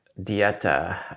dieta